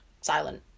silent